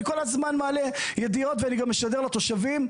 כל הזמן מעלה ידיעות ואני גם משדר לתושבים.